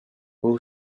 all